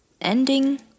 ending